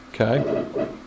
Okay